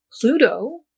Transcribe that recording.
Pluto